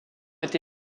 été